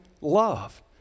love